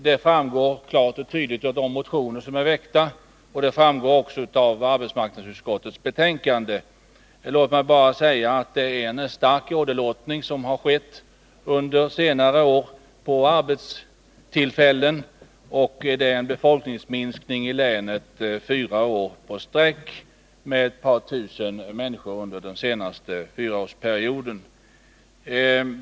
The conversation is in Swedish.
Den framgår klart och tydligt av de motioner som är väckta liksom också av utskottets betänkande. Låt mig bara säga att det när det gäller arbetstillfällen har skett en stark åderlåtning under senare år, och en minskning av befolkningen med ett par tusen människor har ägt rum under den senaste fyraårsperioden.